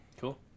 Cool